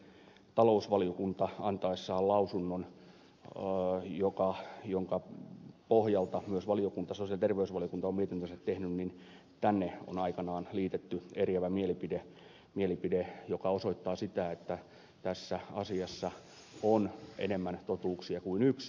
kun talousvaliokunta on antanut lausunnon jonka pohjalta myös sosiaali ja terveysvaliokunta on mietintönsä tehnyt niin tänne on aikanaan liitetty eriävä mielipide joka osoittaa sitä että tässä asiassa on enemmän totuuksia kuin yksi